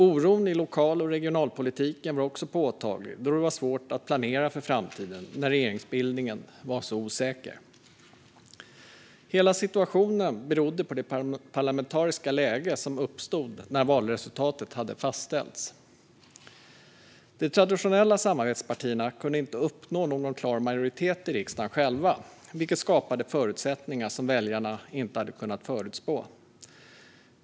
Oron i lokal och regionalpolitiken var också påtaglig, då det var svårt att planera för framtiden när regeringsbildningen var så osäker. Hela situationen berodde på det parlamentariska läge som uppstod när valresultatet hade fastställts. De traditionella samarbetspartierna kunde inte uppnå någon klar majoritet i riksdagen själva, vilket skapade förutsättningar som väljarna inte hade kunnat förutspå.